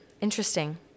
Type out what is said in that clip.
Interesting